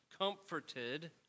comforted